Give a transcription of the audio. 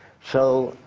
so,